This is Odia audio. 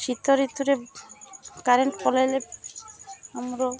ଶୀତ ଋତୁରେ କଣ୍ଟ କଲେଇଲେ ଆମର